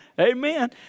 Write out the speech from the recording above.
amen